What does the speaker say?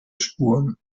spuren